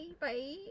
bye